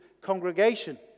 congregation